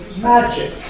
magic